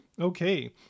Okay